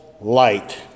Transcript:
light